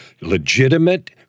legitimate